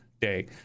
day